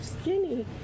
skinny